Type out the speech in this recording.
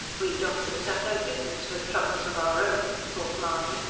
we doctors have no business with troubles of our own, thought mahony,